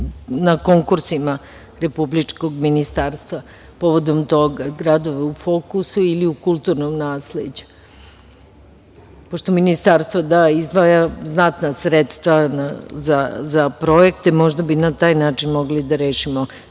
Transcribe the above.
na konkursima republičkog ministarstva povodom toga, gradova u fokusu ili u kulturnom nasleđu, pošto ministarstvo izdvaja znatna sredstva za projekte? Možda bi na taj način mogli da rešimo